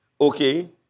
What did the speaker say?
okay